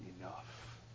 enough